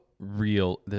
Real